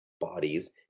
bodies